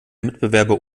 mitbewerber